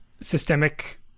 systemic